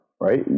right